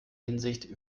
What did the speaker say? hinsicht